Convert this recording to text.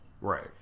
Right